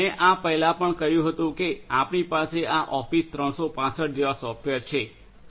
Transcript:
મેં આ પહેલાં પણ કહ્યું હતું કે તમારી પાસે આ ઓફિસ 365 જેવા સોફ્ટવેર ક્લાઉડ છે